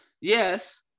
Yes